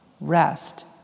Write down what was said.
rest